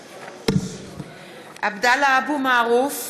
(קוראת בשמות חברי הכנסת) עבדאללה אבו מערוף,